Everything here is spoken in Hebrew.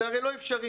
זה הרי לא אפשרי.